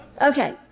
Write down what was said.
Okay